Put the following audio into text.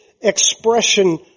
expression